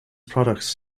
products